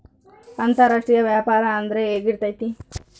ಅಂತರಾಷ್ಟ್ರೇಯ ವ್ಯಾಪಾರ ಅಂದ್ರೆ ಹೆಂಗಿರ್ತೈತಿ?